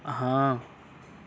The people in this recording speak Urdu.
ہاں